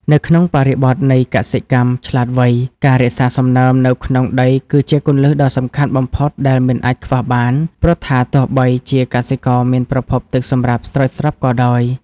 នៅក្នុងបរិបទនៃកសិកម្មឆ្លាតវៃ ការរក្សាសំណើមនៅក្នុងដីគឺជាគន្លឹះដ៏សំខាន់បំផុតដែលមិនអាចខ្វះបាន ព្រោះថាទោះបីជាកសិករមានប្រភពទឹកសម្រាប់ស្រោចស្រពក៏ដោយ។